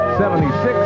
76